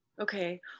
Okay